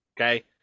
okay